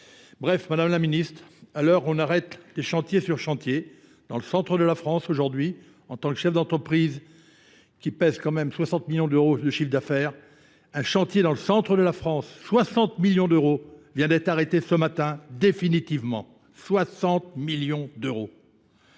Bref, Madame la Ministre, à l'heure où on arrête des chantiers sur chantier, dans le centre de la France aujourd'hui, en tant que chef d'entreprise, qui pèse quand même 60 millions d'euros de chiffre d'affaires, un chantier dans le centre de la France, 60 millions d'euros, vient d'être arrêté ce matin définitivement. 60 millions d'euros.